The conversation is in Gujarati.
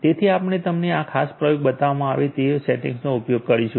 તેથી આપણે તમને આ ખાસ પ્રયોગ બતાવવા માટે તે સેટિંગ્સનો ઉપયોગ કરીશું